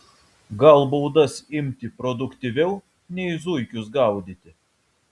gal baudas imti produktyviau nei zuikius gaudyti